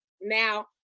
Now